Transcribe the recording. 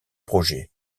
projet